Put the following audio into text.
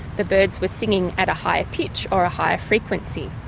the birds were singing at a higher pitch or a higher frequency.